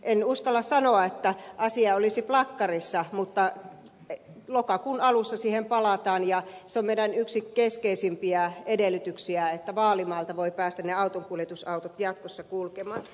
en uskalla sanoa että asia olisi plakkarissa mutta lokakuun alussa siihen palataan ja se on meidän yksi keskeisimpiä edellytyksiämme että vaalimaalta voivat päästä ne autonkuljetusautot jatkossa kulkemaan